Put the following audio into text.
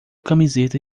camiseta